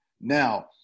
Now